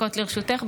לרשותך.